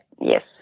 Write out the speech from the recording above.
Yes